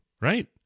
Right